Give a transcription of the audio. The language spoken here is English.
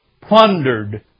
plundered